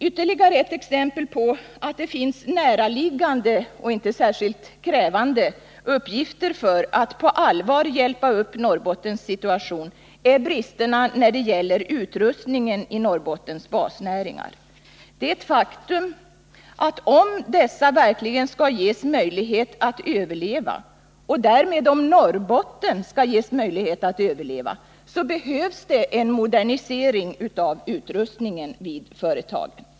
Ytterligare ett exempel på att det finns näraliggande och inte särskilt krävande uppgifter för att på allvar hjälpa upp Norrbottens situation är bristerna när det gäller utrustningen i Norrbottens basnäringar. Det är ett faktum att om dessa verkligen skall ges möjlighet att överleva — och därmed också Norrbotten ges möjlighet att överleva — behövs en modernisering av utrustningen vid företagen.